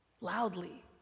loudly